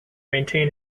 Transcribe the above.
maintain